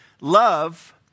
love